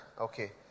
Okay